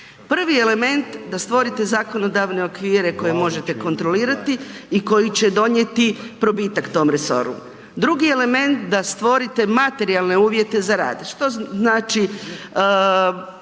Prvi element da stvorite zakonodavne okvire koje može kontrolirati i koji će donijeti probitak tom resoru. Drugi element da stvorite materijalne uvjete za rad, što znači